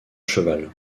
cheval